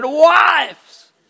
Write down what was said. wives